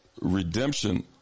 redemption